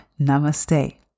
namaste